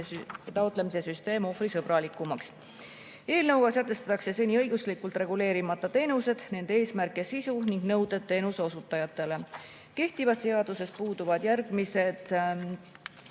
taotlemise süsteem ohvrisõbralikumaks. Eelnõuga sätestatakse seni õiguslikult reguleerimata teenused, nende eesmärk ja sisu ning nõuded teenuseosutajatele. Kehtivas seaduses puuduvad järgmised